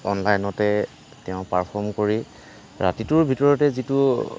অনলাইনতে তেওঁ পাৰফৰ্ম কৰি ৰাতিটোৰ ভিতৰতে যিটো